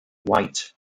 white